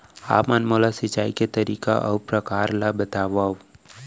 आप मन मोला सिंचाई के तरीका अऊ प्रकार ल बतावव?